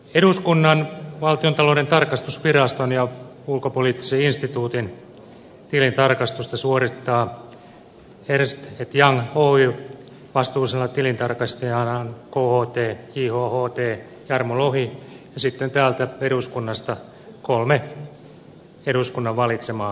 eduskunnan valtiontalouden tarkastusviraston ja ulkopoliittisen instituutin tilintarkastusta suorittaa ernst young oy vastuullisena tilintarkastajanaan kht jhtt jarmo lohi ja sitten täältä eduskunnasta kolme eduskunnan valitsemaa tilintarkastajaa